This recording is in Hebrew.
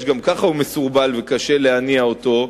שגם ככה הוא מסורבל וקשה להניע אותו,